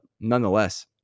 nonetheless